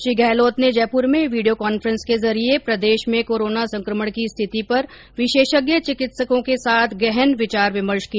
श्री गहलोत ने जयपुर में video conference के जरिए प्रदेश में कोरोना संक्रमण की स्थिति पर विशेषज्ञ चिकित्सकों के साथ गहन विचार विमर्श किया